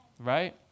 right